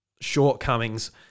shortcomings